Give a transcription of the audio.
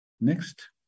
Next